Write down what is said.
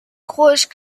خشک